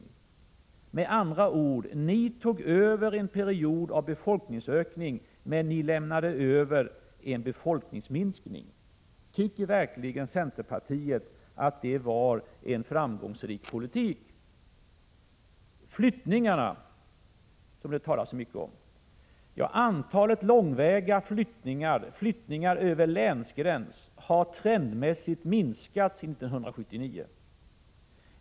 Ni tog med andra ord över i en period av befolkningsökning, men ni lämnade över i en period med befolkningsminskning. Tycker verkligen centerpartiet att det var en framgångsrik politik? Så till flyttningarna som det talas så mycket om. Antalet långväga flyttningar, flyttningar över länsgräns, har trendmässigt minskat sedan 1979.